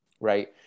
right